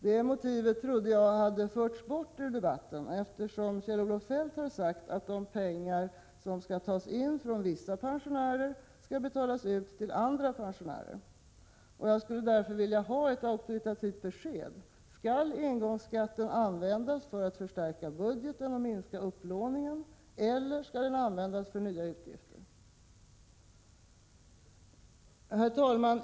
Det motivet trodde jag hade förts bort ur debatten, eftersom Kjell-Olof Feldt har sagt att de pengar som skall tas in från vissa pensionärer skulle betalas ut till andra pensionärer. Jag skulle därför vilja få ett auktoritativt besked på frågan: Skall engångsskatten användas för att förstärka budgeten och minska upplåningen, eller skall den användas för nya utgifter? Herr talman!